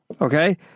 Okay